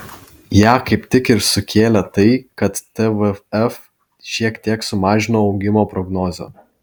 ją kaip tik ir sukėlė tai kad tvf šiek tiek sumažino augimo prognozę